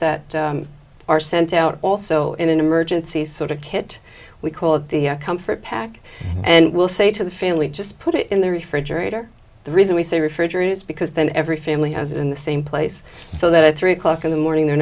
that are sent out also in an emergency sort of kit we call it the comfort pack and we'll say to the family just put it in the refrigerator the reason we say refrigerator is because then every family has it in the same place so that at three o'clock in the morning they're